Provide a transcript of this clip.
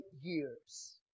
years